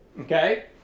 Okay